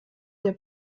der